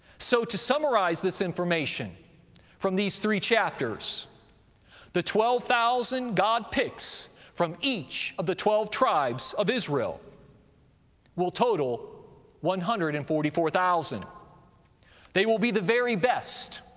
so to summarize this information from these three chapters the twelve thousand god picks from each of the twelve tribes of israel will total one hundred and forty four thousand they will be the very best